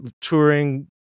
touring